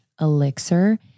elixir